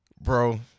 bro